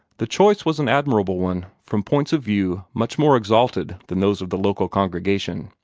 the choice was an admirable one, from points of view much more exalted than those of the local congregation.